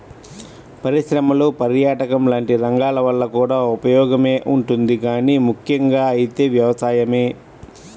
పరిశ్రమలు, పర్యాటకం లాంటి రంగాల వల్ల కూడా ఉపయోగమే ఉంటది గానీ ముక్కెంగా అయితే వ్యవసాయమే